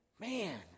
Man